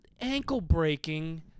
Ankle-breaking